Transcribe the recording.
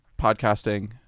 podcasting